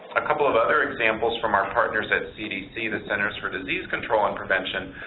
a couple of other examples from our partners at cdc, the centers for disease control and prevention,